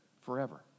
forever